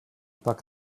packed